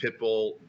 Pitbull